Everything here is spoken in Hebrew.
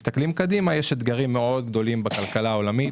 אם מסתכלים קדימה אנחנו רואים אתגרים מאוד גדולים בכלכלה העולמית